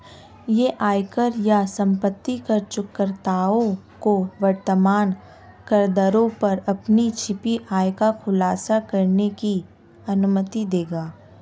यह आयकर या संपत्ति कर चूककर्ताओं को वर्तमान करदरों पर अपनी छिपी आय का खुलासा करने की अनुमति देगा